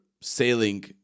sailing